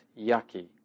yucky